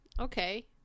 Okay